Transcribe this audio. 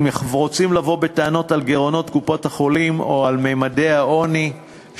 אם הם רוצים לבוא בטענות על גירעונות קופות-החולים או על ממדי העוני,